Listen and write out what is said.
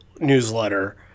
newsletter